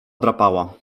drapała